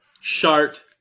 Shart